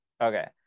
Okay